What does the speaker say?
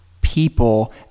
people